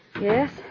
Yes